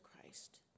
Christ